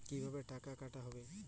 কিভাবে টাকা কাটা হবে?